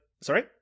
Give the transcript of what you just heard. sorry